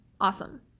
awesome